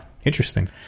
Interesting